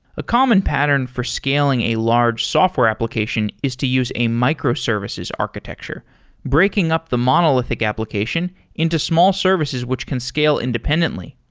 a common pattern for scaling a large software application is to use a microservices architecture breaking up the monol ithic application into small services which can scale independently.